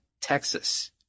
Texas